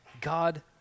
God